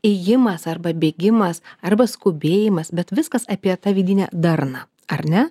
ėjimas arba bėgimas arba skubėjimas bet viskas apie tą vidinę darną ar ne